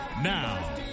Now